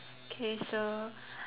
okay so